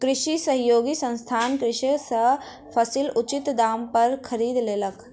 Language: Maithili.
कृषि सहयोगी संस्थान कृषक सॅ फसील उचित दाम पर खरीद लेलक